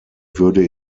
würde